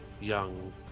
young